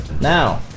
Now